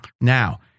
Now